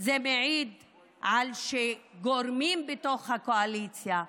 זה מעיד על כך שגורמים בתוך הקואליציה,